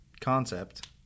concept